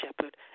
shepherd